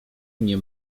mnie